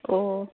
অঁ